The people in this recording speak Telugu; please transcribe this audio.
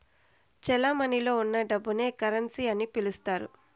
చెలమణిలో ఉన్న డబ్బును కరెన్సీ అని పిలుత్తారు